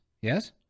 yes